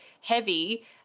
heavy